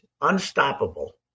unstoppable